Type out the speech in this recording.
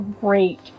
great